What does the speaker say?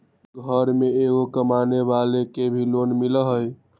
घर में एगो कमानेवाला के भी लोन मिलहई?